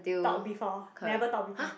talk before never talk before